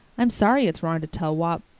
i'm sorry it's wrong to tell whop.